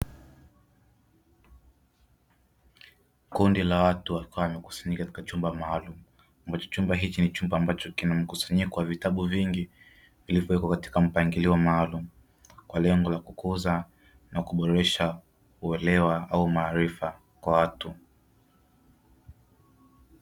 Kundi la watu wakiwa wamekusanyika katika chumba maalumu, ambacho chumba hichi ni chumba ambacho kina mkusanyiko wa vitabu vingi, vilivyowekwa katika mpangilio maalumu kwa lengo la kukuza na kuboresha uelewa au maarifa kwa watu.